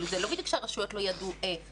זה לא בדיוק שהרשויות לא ידעו איך,